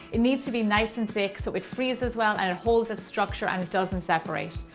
it needs to be nice and thick so it freezes well and it holds its structure and it doesn't separate.